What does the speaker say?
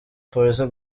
polisi